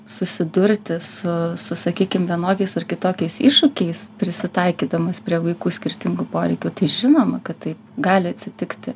susidurti su su sakykim vienokiais ar kitokiais iššūkiais prisitaikydamas prie vaikų skirtingų poreikių tai žinoma kad taip gali atsitikti